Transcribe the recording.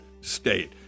state